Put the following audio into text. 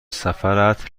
سفرت